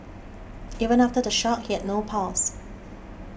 even after the shock he had no pulse